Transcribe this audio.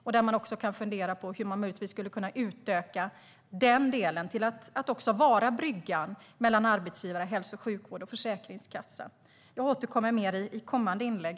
Där kan man också fundera på hur man möjligtvis skulle kunna utöka den delen till att också vara en brygga mellan arbetsgivare, hälso och sjukvård och Försäkringskassan. Jag återkommer i senare inlägg.